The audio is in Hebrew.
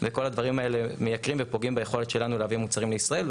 וכל הדברים האלה מייקרים ופוגעים ביכולת שלנו להביא מוצרים לישראל.